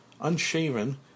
Unshaven